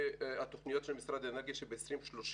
התוכנית של משרד האנרגיה היא שב-2030